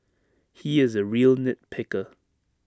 he is A real nit picker